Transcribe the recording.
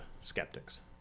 skeptics